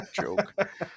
joke